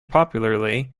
popularly